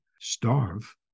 starve